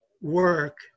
work